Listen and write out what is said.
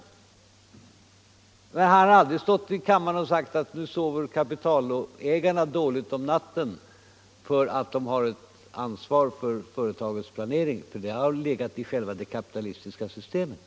Men herr Bohman har aldrig stått här i kammaren och sagt att nu sover kapitalägarna dåligt om natten därför att de har ansvar för företagens planering. Det har nämligen legat i själva det kapitalistiska systemet.